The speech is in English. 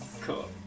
Cool